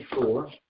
four